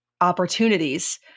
opportunities